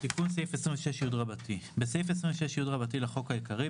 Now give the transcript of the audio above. "תיקון סעיף 26י 9. בסעיף 26י לחוק העיקרי,